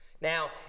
Now